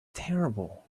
terrible